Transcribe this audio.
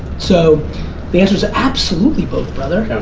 so the answers absolutely both brother.